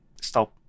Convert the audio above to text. stop